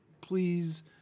please